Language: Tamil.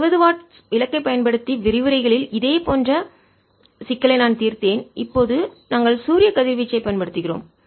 60 வாட் விளக்கை பயன்படுத்தி விரிவுரைகளில் இதேபோன்ற சிக்கலை நான் தீர்த்தேன் இப்போது நாங்கள் சூரிய கதிர்வீச்சை பயன்படுத்துகிறோம்